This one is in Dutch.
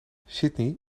sydney